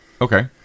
Okay